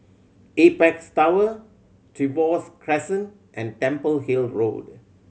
Apex Tower Trevose Crescent and Temple Hill Road